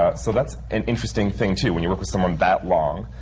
ah so that's an interesting thing, too, when you work with someone that long.